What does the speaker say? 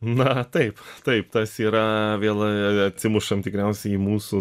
na taip taip tas yra vėl atsimušam tikriausiai į mūsų